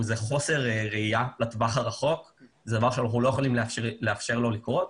זה חוסר ראייה לטווח הרחוק וזה דבר שאנחנו לא יכולים לאפשר לו לקרות.